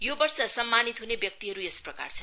यो वर्ष सम्मानित हने व्यक्तिहरू यस प्रकार छन्